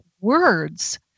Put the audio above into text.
words